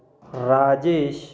Rajesh